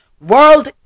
World